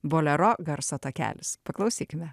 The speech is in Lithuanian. bolero garso takelis paklausykime